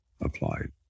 applied